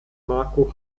marco